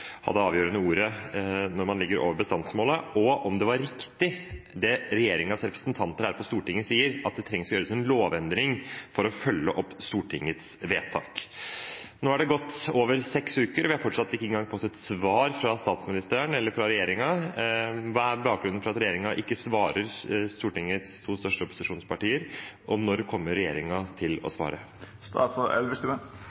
avgjørende ordet når man ligger over bestandsmålet, og om det var riktig som regjeringens representanter her på Stortinget sier, at det trengs å gjøres en lovendring for å følge opp Stortingets vedtak. Nå har det gått over seks uker, og vi har fortsatt ikke engang fått svar fra statsministeren eller fra regjeringen. Hva er bakgrunnen for at regjeringen ikke svarer Stortingets to største opposisjonspartier, og når kommer regjeringen til å